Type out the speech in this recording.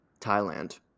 Thailand